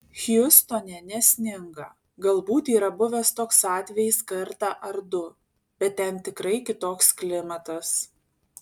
hjustone nesninga galbūt yra buvęs toks atvejis kartą ar du bet ten tikrai kitoks klimatas